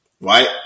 Right